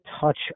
touch